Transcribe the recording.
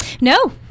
No